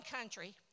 country